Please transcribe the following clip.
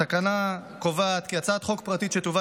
התקנה קובעת כי הצעת חוק פרטית שתובא